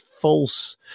false